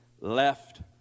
left